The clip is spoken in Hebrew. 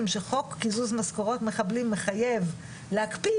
שחוק קיזוז משכורות מחבלים מחייב להקפיא.